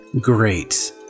Great